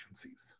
agencies